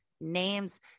names